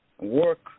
work